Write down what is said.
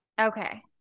okay